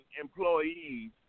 employees